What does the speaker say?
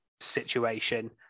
situation